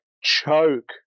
choke